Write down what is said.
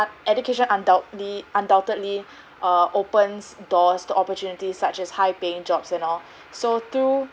education undoubtedly undoubtedly err opens doors to opportunities such as high paying jobs and all so through